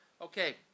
Okay